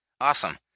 Awesome